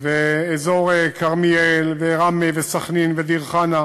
ואזור כרמיאל, וראמה, וסח'נין, ודיר-חנא,